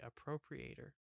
Appropriator